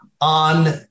on